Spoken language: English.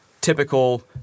typical